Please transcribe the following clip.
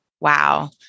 wow